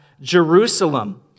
Jerusalem